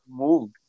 moved